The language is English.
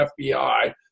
FBI